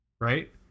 right